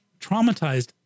traumatized